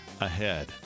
ahead